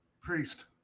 priest